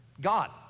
God